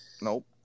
Nope